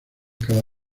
cada